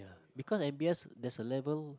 because m_b_s there's a level